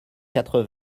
quatre